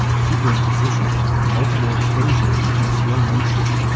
superimposition, multiple exposures and slow motion.